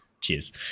Cheers